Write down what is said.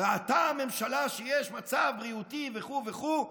"ראתה הממשלה שיש מצב בריאותי" וכו' וכו'